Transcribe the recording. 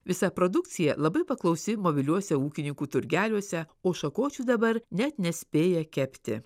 visa produkcija labai paklausi mobiliuose ūkininkų turgeliuose o šakočių dabar net nespėja kepti